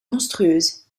monstrueuse